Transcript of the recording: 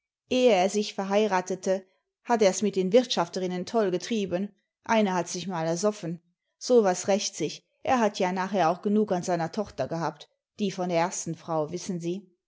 ehe er sich verheiratete hat er's mit den wirtschafterinnen toll getrieben eine hat sich mal ersoffen so was rächt sich er hat ja nachher auch genug an seiner tochter gehabt die von der ersten frau wissen sie